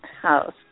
house